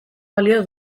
balio